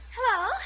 Hello